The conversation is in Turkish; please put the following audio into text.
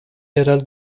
yerel